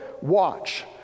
watch